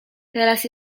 teraz